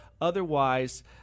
Otherwise